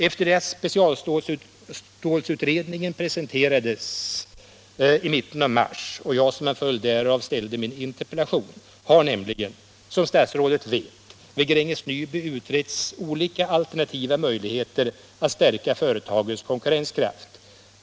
Efter det att specialstålsutredningen presenterades i mitten av mars och jag som en följd därav ställde min interpellation har nämligen, som Om hotet mot stålindustrin i Eskilstunaområdet Om hotet mot stålindustrin i Eskilstunaområdet 170 statsrådet vet, vid Gränges Nyby utretts alternativa möjligheter att stärka företagets konkurrenskraft.